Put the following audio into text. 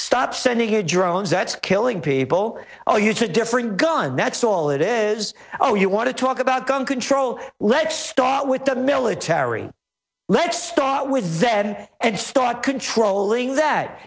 stop sending it drones that's killing people i'll use a different gun that's all it is oh you want to talk about gun control let's start with the military let's start with that and start controlling that